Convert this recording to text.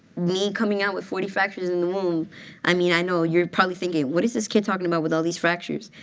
me coming out with forty fractures in the womb i mean, i know, you're probably thinking what is this kid talking about with all these fractures?